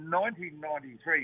1993